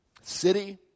city